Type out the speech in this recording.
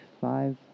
five